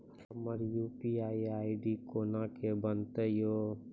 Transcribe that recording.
हमर UPI ID कोना के बनत यो?